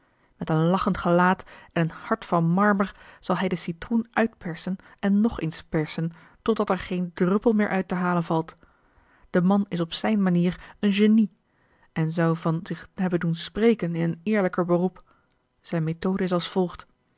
met een lachend gelaat en een hart van marmer zal hij de citroen uitpersen en nog eens persen totdat er geen druppel meer uit te halen valt de man is op zijn manier een genie en zou van zich hebben doen spreken in een eerlijker beroep zijn methode is als volgt